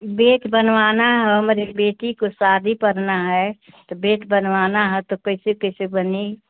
bed बनवाना है वह हमारी बेटी को शादी पड़ना है तो बेड बनवाना है तो कैसे कैसे बनी